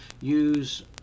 use